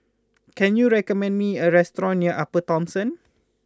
can you recommend me a restaurant near Upper Thomson